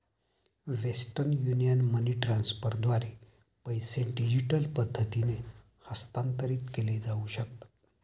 western Union money ट्रान्स्फरद्वारे पैसे digital पद्धतीने हस्तांतरित केले जाऊ शकतात